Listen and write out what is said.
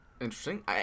Interesting